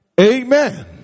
Amen